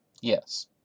Yes